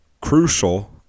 crucial